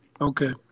Okay